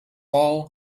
all